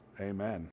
Amen